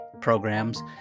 programs